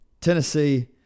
Tennessee